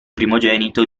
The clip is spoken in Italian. primogenito